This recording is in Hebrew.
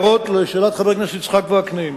לשאלת חבר הכנסת יצחק וקנין: